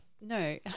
No